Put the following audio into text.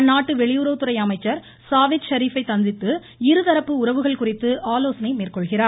அந்நாட்டு வெளியுறவுத்துறை அமைச்சர் ஸாவேத் ஷரீப் பை சந்தித்து இருதரப்பு உறவுகள் ஆலோசனை மேற்கொள்கிறார்